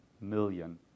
million